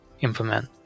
implement